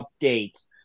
updates